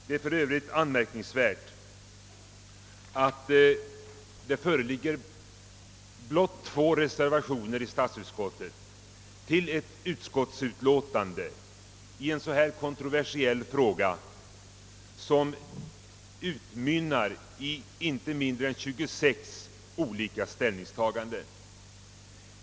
Det är för övrigt anmärkningsvärt att det föreligger blott två reservationer i statsutskottet till ett utskottsutlåtande i en så kontroversiell fråga, som utmynnar i inte mindre än 26 olika ställningstaganden.